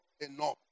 enough